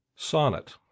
Sonnet